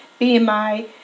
BMI